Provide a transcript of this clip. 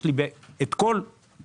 יש לנו את כל המשכנתאות,